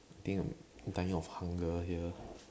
think I'm dying of hunger here